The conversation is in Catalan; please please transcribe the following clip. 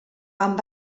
amb